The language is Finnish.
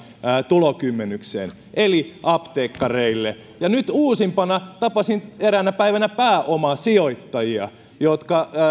tulokymmenykseen eli apteekkareille ja nyt uusimpana tapasin eräänä päivänä pääomasijoittajia joilla